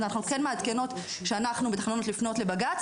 אז אנחנו כן מעדכנות שאנחנו מתכננות לפנות לבג"ץ